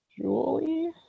Julie